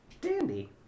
Dandy